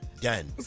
Done